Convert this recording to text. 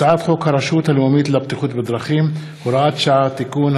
הצעת חוק הרשות הלאומית לבטיחות בדרכים (הוראת שעה) (תיקון),